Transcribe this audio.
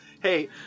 Hey